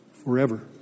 Forever